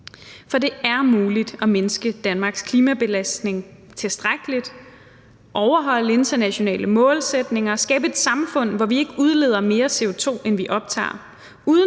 Det er muligt at mindske Danmarks klimabelastning tilstrækkeligt, overholde internationale målsætninger og skabe et samfund, hvor vi ikke udleder mere CO2, end vi optager – uden